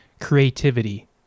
creativity